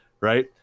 right